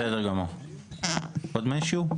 בסדר גמור עוד מישהו?